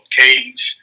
cage